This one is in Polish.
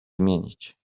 zmienić